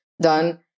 done